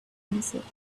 answered